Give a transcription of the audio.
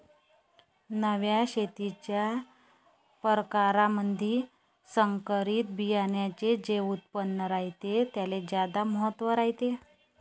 नव्या शेतीच्या परकारामंधी संकरित बियान्याचे जे उत्पादन रायते त्याले ज्यादा महत्त्व रायते